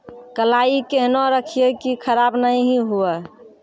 कलाई केहनो रखिए की खराब नहीं हुआ?